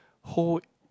whole